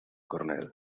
cornell